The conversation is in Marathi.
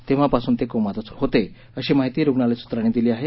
तेव्हापासून ते कोमातच होते अशी माहिती रूग्णालय सुत्रांनी दिली आहे